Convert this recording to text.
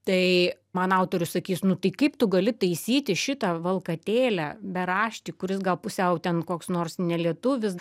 tai man autorius sakys nu tai kaip tu gali taisyti šitą valkatėlę beraštį kuris gal pusiau ten koks nors nelietuvis